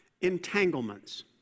entanglements